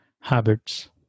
habits